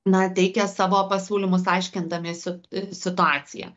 na teikia savo pasiūlymus aiškindamiesi situaciją